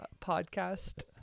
podcast